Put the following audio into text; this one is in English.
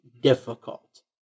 difficult